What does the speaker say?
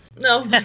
No